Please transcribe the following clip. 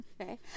Okay